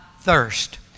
thirst